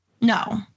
No